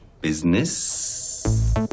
business